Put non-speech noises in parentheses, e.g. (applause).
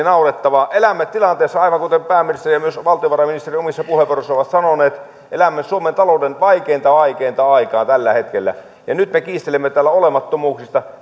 (unintelligible) naurettavaa aivan kuten pääministeri ja myös valtiovarainministeri omissa puheenvuoroissaan ovat sanoneet elämme suomen talouden vaikeinta vaikeinta aikaa tällä hetkellä ja nyt me kiistelemme täällä olemattomuuksista (unintelligible)